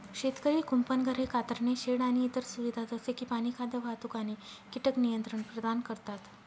शेतकरी कुंपण, घरे, कातरणे शेड आणि इतर सुविधा जसे की पाणी, खाद्य, वाहतूक आणि कीटक नियंत्रण प्रदान करतात